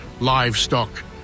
livestock